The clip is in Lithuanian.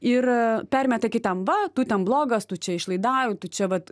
yra permeta kitam va tu ten blogas tu čia išlaidauji tu čia vat